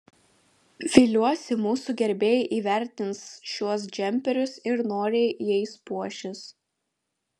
viliuosi mūsų gerbėjai įvertins šiuos džemperius ir noriai jais puošis